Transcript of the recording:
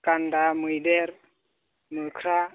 गान्दा मैदेर मोख्रा